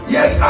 Yes